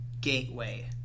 gateway